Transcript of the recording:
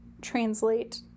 translate